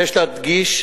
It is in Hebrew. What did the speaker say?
אבקש להדגיש